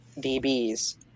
DBs